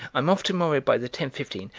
i'm off to-morrow by the ten-fifteen.